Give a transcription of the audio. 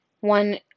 one